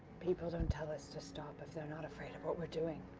people don't tell us to stop if they're not afraid of what we're doing.